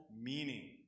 meaning